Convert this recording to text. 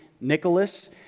Nicholas